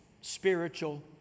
spiritual